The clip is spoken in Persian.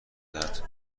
دهند